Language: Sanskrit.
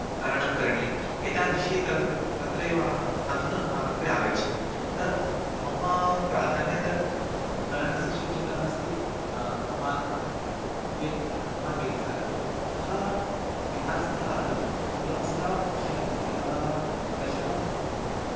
तरणं करणीयम् एतादृशी तद् तत्रैव अह् अधुना अग्रे आगच्छति त मम प्राधान्यता तरणस्य शिक्षकः अस्ति कुमार् बे कुमार् बेनिसार् इति सः बिहार् तः आगतः एवं सः श्या यदा दशमे